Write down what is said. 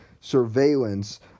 surveillance